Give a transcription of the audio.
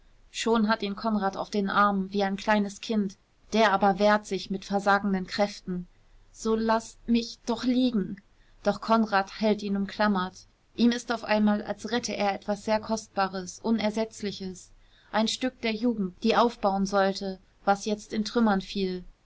schon hat ihn konrad auf den armen wie ein kleines kind der aber wehrt sich mit versagenden kräften so laß mich doch liegen doch konrad hält ihn umklammert ihm ist auf einmal als rettete er etwas sehr kostbares unersetzliches ein stück der jugend die aufbauen sollte was jetzt in trümmer fiel